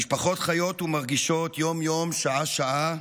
המשפחות חיות ומרגישות יום-יום, שעה-שעה,